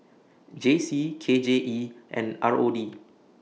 J C K J E and R O D